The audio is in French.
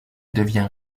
devient